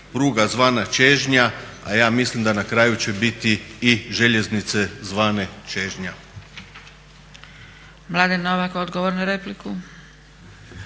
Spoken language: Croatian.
pruga zvana čežnja, a ja mislim da na kraju će biti i željeznice zvane čežnja.